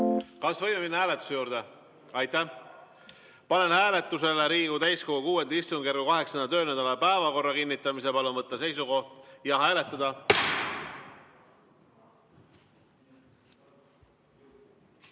Kas võime minna hääletuse juurde? Aitäh! Panen hääletusele Riigikogu täiskogu VI istungjärgu 8. töönädala päevakorra kinnitamise. Palun võtta seisukoht ja hääletada!